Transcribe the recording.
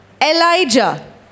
Elijah